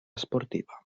esportiva